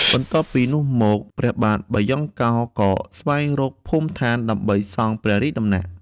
បន្ទាប់ពីនោះមក ព្រះបាទបាយ៉ង់កោរក៏ស្វែងរកភូមិឋានដើម្បីសង់ព្រះរាជដំណាក់។